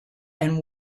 and